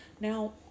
Now